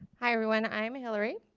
hi, everyone. i'm hilary.